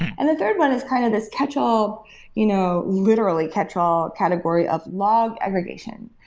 and the third one is kind of this catch all you know literally, catch all category of log aggregation.